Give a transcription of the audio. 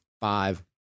five